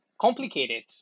complicated